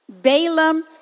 Balaam